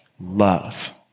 love